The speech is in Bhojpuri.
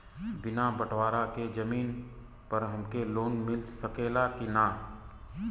बिना बटवारा के जमीन पर हमके लोन मिल सकेला की ना?